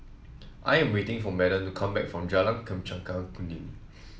I am waiting for Madden to come back from Jalan Chempaka Kuning